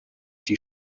die